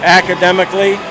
academically